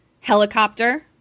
helicopter